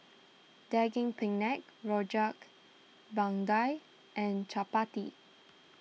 Daging Penyet Rojak Bandung and Chappati